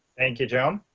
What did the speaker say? thank you, john.